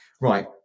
right